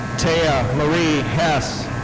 taya marie hess.